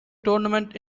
tournament